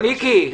מיקי,